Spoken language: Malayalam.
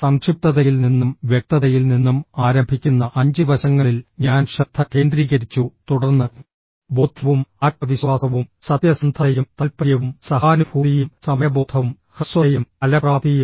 സംക്ഷിപ്തതയിൽ നിന്നും വ്യക്തതയിൽ നിന്നും ആരംഭിക്കുന്ന അഞ്ച് വശങ്ങളിൽ ഞാൻ ശ്രദ്ധ കേന്ദ്രീകരിച്ചു തുടർന്ന് ബോധ്യവും ആത്മവിശ്വാസവും സത്യസന്ധതയും താൽപ്പര്യവും സഹാനുഭൂതിയും സമയബോധവും ഹ്രസ്വതയും ഫലപ്രാപ്തിയും